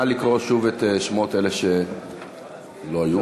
נא לקרוא שוב את שמות אלה שלא היו.